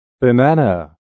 banana